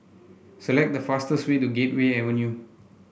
select the fastest way to Gateway Avenue